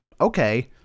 okay